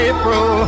April